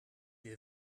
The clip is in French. est